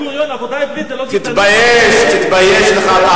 בן-גוריון, תתבייש, תתבייש לך.